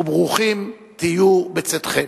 וברוכים תהיו בצאתכם.